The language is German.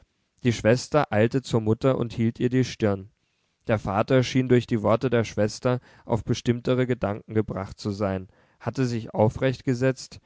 die schwester eilte zur mutter und hielt ihr die stirn der vater schien durch die worte der schwester auf bestimmtere gedanken gebracht zu sein hatte sich aufrecht gesetzt